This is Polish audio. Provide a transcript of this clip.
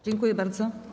Dziękuję bardzo.